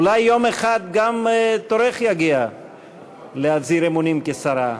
אולי יום אחד גם תורך יגיע להצהיר אמונים כשרה,